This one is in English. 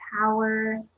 power